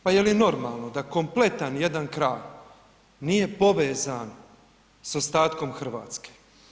Pa je li normalno da kompletan jedan kraj nije povezan sa ostatkom Hrvatske?